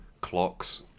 clocks